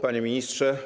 Panie Ministrze!